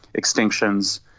extinctions